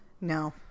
No